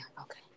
Okay